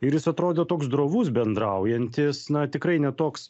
ir jis atrodė toks drovus bendraujantis na tikrai ne toks